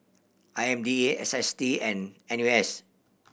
I M D A S S T and N U S